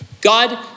God